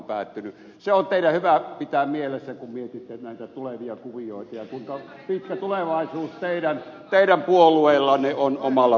se on teidän hyvä pitää mielessä kun mietitte näitä tulevia kuvioita ja sitä kuinka pitkä tulevaisuus teidän puolueellanne on omalla politiikallaan